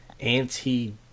anti